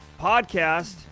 podcast